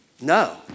No